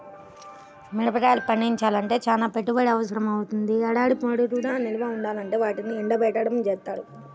మిరగాయలు పండించాలంటే చానా పెట్టుబడి అవసరమవ్వుద్ది, ఏడాది పొడుగునా నిల్వ ఉండాలంటే వాటిని ఎండబెట్టడం జేత్తారు